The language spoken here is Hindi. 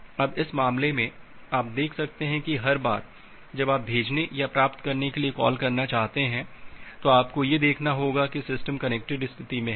अब इस मामले में आप देख सकते हैं कि हर बार जब आप भेजने या प्राप्त करने के लिए कॉल करना चाहते हैं तो आपको यह देखना होगा कि सिस्टम कनेक्टेड स्थिति में है